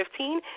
2015